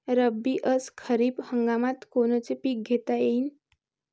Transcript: रब्बी अस खरीप हंगामात कोनचे पिकं घेता येईन?